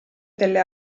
delle